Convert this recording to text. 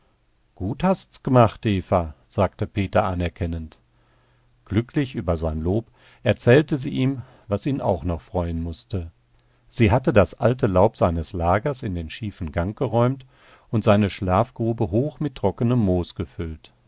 gut hast's g'macht eva sagte peter anerkennend glücklich über sein lob erzählte sie ihm was ihn auch noch freuen mußte sie hatte das alte laub seines lagers in den schiefen gang geräumt und seine schlafgrube hoch mit trockenem moos gefüllt